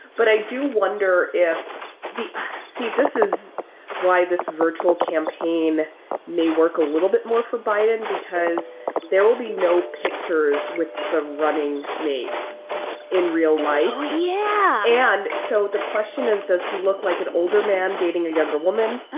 but i do wonder if the see, this is why this virtual campaign may work a little bit more for biden, because there will be no pictures with the running mate in real life yeah yeah. and so the question is, does he look like an older man dating a younger woman?